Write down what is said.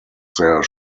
their